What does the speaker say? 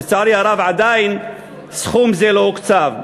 לצערי הרב, סכום זה עדיין לא הוקצב.